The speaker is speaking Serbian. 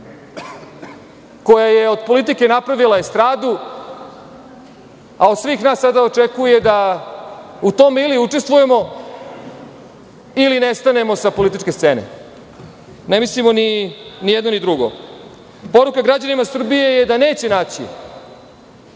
koja je od politike napravila estradu a od svih nas sada očekuje da u tome ili učestvujemo ili nestanemo sa političke scene. Ne mislimo ni jedno ni drugo. Poruka građanima Srbije je da neće naći